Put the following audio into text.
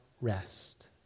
rest